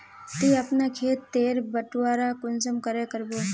ती अपना खेत तेर बटवारा कुंसम करे करबो?